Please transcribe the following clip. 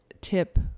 tip